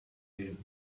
wind